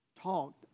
talked